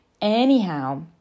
Anyhow